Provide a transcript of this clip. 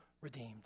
redeemed